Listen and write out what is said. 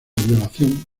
violación